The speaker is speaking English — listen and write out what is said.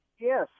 yes